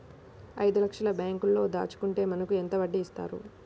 ఐదు లక్షల బ్యాంక్లో దాచుకుంటే మనకు ఎంత వడ్డీ ఇస్తారు?